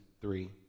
three